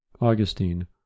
augustine